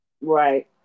Right